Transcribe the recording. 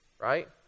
Right